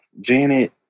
Janet